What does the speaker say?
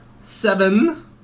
seven